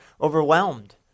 overwhelmed